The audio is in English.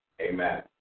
amen